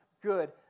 good